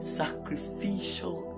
sacrificial